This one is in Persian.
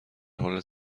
حال